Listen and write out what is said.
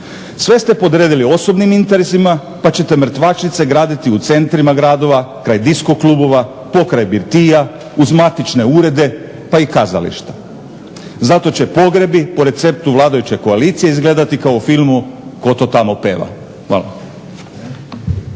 Sve ste podredili osobnim interesima pa ćete mrtvačnice graditi u centrima gradova, kraj disko klubova, pokraj birtija, uz matične urede, pa i kazališta. Zato će pogrebi po receptu vladajuće koalicije izgledati kao u filmu "Ko to tamo peva". Hvala.